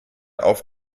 auf